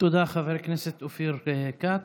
תודה, חבר הכנסת אופיר כץ.